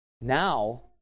Now